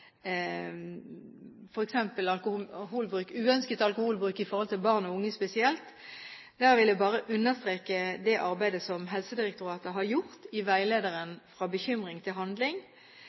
uønsket alkoholbruk, hos barn og unge spesielt, vil jeg bare understreke det arbeidet som Helsedirektoratet har gjort i veilederen «Fra bekymring til handling»,